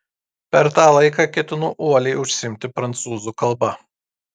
per tą laiką ketinu uoliai užsiimti prancūzų kalba